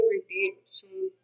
Redemption